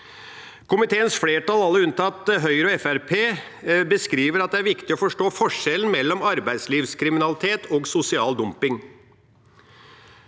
Komiteens flertall, alle unntatt Høyre og Fremskrittspartiet, beskriver at det er viktig å forstå forskjellen mellom arbeidslivskriminalitet og sosial dumping.